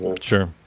Sure